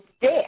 death